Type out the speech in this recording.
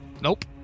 Nope